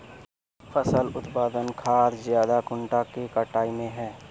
फसल उत्पादन खाद ज्यादा कुंडा के कटाई में है?